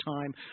time